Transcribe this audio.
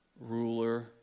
ruler